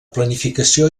planificació